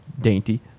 dainty